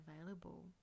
available